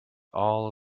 all